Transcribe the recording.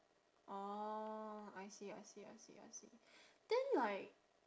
orh I see I see I see I see then like